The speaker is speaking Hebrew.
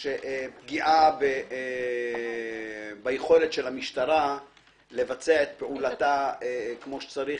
של פגעה ביכולת של המשטרה לבצע את פעולתה כמו שצריך,